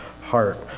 heart